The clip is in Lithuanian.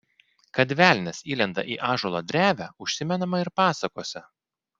kad velnias įlenda į ąžuolo drevę užsimenama ir pasakose